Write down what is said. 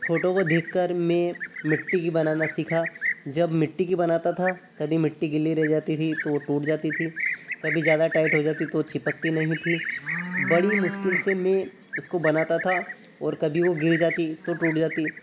photo को देखकर मैं मिट्टी की बनाना सीखा जब मिट्टी की बनाता था कभी मिट्टी गीली रह जाती थी तो वो टूट जाती थी कभी ज्यादा टाइट हो जाती तो वो चिपकती नहीं थी बड़ी मुश्किल से मैं उसको बनाता था और कभी वो गिर जाती तो टूट जाती